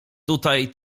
tutaj